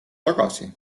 tagasi